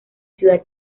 ciudad